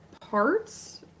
parts